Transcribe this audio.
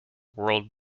world